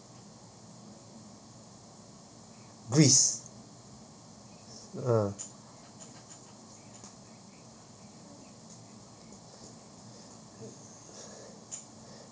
greece ah